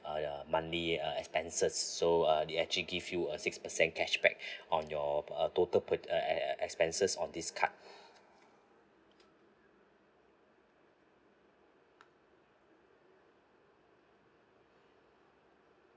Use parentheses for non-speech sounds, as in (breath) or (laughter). uh uh monthly uh expenses so uh they actually give you a six percent cashback (breath) on your uh total pur~ uh uh uh expenses on this card